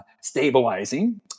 stabilizing